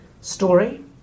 story